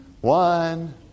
One